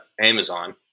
Amazon